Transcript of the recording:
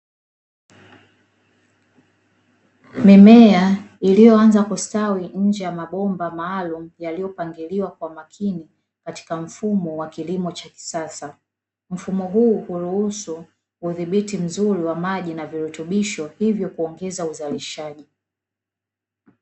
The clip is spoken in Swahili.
Mimea iliyoanza kustawi nje ya mabomba maalumu, yaliyopangiliwa kwa makini katika mfumo wa kilimo cha kisasa. Mfumo huu huruhusu udhibiti mzuri wa maji na virutubisho hivyo kuongeza uzalishaji.